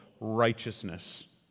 righteousness